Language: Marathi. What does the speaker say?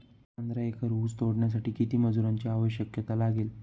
पंधरा एकर ऊस तोडण्यासाठी किती मजुरांची आवश्यकता लागेल?